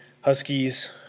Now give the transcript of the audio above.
Huskies